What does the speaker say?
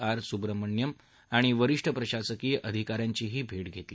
R Subrahmanyam आणि वरीष्ठ प्रशासकिय अधिकाऱ्यांची भेट घेतली